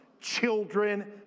children